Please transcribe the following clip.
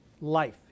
life